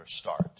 start